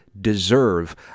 deserve